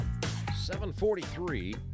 743